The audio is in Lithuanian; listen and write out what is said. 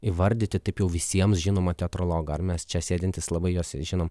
įvardyti taip jau visiems žinomą teatrologą ar mes čia sėdintys labai juos žinom